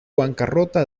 bancarrota